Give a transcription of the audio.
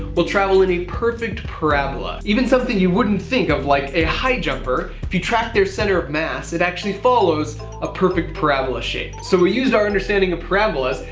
will travel in a perfect parabola. even something you wouldn't think of like a high jumper. if you track their center of mass, it actually follows a perfect parabola shape. so we used our understanding of parabolas,